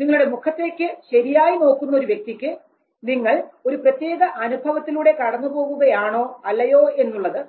നിങ്ങളുടെ മുഖത്തേക്ക് ശരിയായി നോക്കുന്ന ഒരു വ്യക്തിക്ക് നിങ്ങൾ ഒരു പ്രത്യേക അനുഭവത്തിലൂടെ കടന്നു പോകുകയാണോ അല്ലയോ എന്നുള്ളത്